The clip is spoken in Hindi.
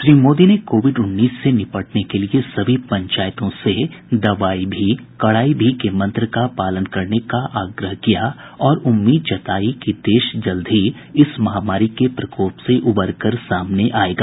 श्री मोदी ने कोविड उन्नीस से निपटने के लिए सभी पंचायतों से दवाई भी कड़ाई भी के मंत्र का पालन करने का आग्रह किया और उम्मीद जतायी कि देश जल्द ही इस महामारी के प्रकोप से उबरकर सामने आएगा